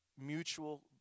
mutual